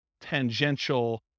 tangential